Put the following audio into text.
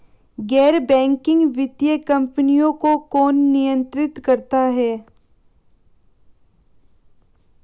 गैर बैंकिंग वित्तीय कंपनियों को कौन नियंत्रित करता है?